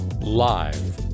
live